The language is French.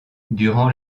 durant